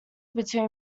between